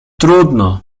trudno